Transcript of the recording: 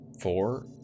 four